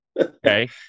Okay